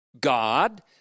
God